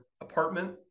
apartment